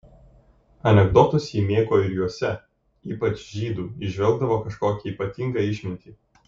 anekdotus ji mėgo ir juose ypač žydų įžvelgdavo kažkokią ypatingą išmintį